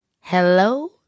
hello